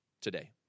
today